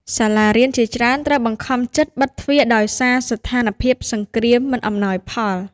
សាលារៀនជាច្រើនត្រូវបង្ខំចិត្តបិទទ្វារដោយសារស្ថានភាពសង្គ្រាមមិនអំណោយផល។